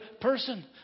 person